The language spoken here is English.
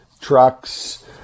trucks